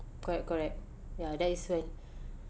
correct correct ya that is when